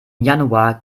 januar